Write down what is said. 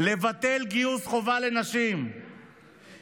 לבטל גיוס חובה לנשים,